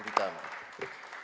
Witamy.